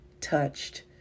touched